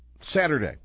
Saturday